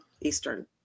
Eastern